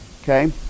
Okay